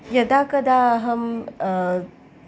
यदा कदा अहं